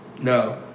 No